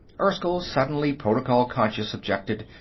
erskyll, suddenly protocol-conscious, objected.